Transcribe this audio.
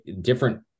different